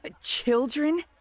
Children